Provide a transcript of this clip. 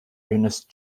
ernest